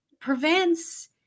prevents